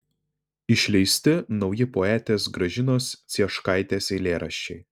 išleisti nauji poetės gražinos cieškaitės eilėraščiai